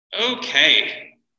Okay